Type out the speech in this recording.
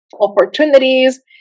opportunities